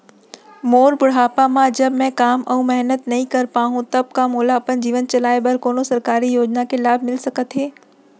मोर बुढ़ापा मा जब मैं काम अऊ मेहनत नई कर पाहू तब का मोला अपन जीवन चलाए बर कोनो सरकारी योजना के लाभ मिलिस सकत हे?